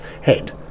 head